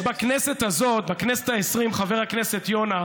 יש בכנסת הזאת, בכנסת העשרים, חבר הכנסת יונה,